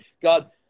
God